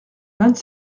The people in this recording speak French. vingt